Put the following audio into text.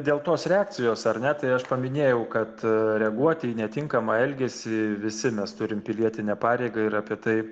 dėl tos reakcijos ar ne tai aš paminėjau kad reaguoti į netinkamą elgesį visi mes turim pilietinę pareigą ir apie tai